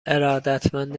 ارادتمند